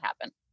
happen